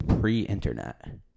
pre-internet